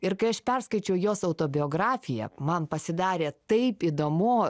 ir kai aš perskaičiau jos autobiografiją man pasidarė taip įdomu